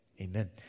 Amen